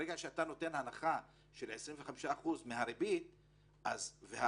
ברגע שאתה נותן הנחה של 25% מהריבית --- מכאן